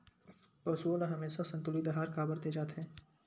पशुओं ल हमेशा संतुलित आहार काबर दे जाथे?